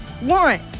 One